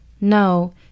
No